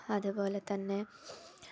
അതുപോലെ തന്നെ